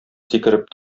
сикереп